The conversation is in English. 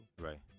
Right